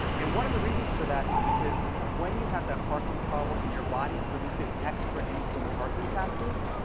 and one of the reasons for that is because when you have that parking problem and your body produces extra insulin parking passes,